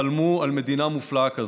חלמו על מדינה מופלאה כזאת.